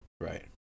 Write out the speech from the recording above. Right